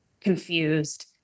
confused